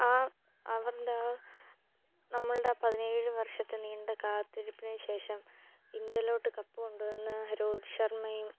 ആ അവരുടെ അ നമ്മളുടെ പതിനേഴ് വർഷത്തെ നീണ്ട കാത്തിരിപ്പിനു ശേഷം ഇന്ത്യയിലോട്ടു കപ്പു കൊണ്ടുവന്ന രോഹിത് ശർമയും